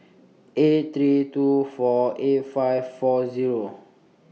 eight three two four eight five four Zero